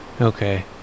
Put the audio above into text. okay